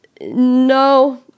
No